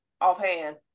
offhand